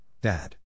Dad